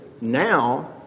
now